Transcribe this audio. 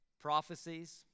prophecies